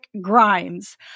Grimes